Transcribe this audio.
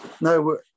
no